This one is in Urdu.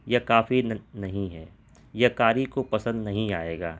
یہ کافی نہیں ہے یہ کاری کو پسند نہیں آئے گا